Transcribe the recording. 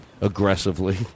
Aggressively